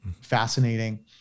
Fascinating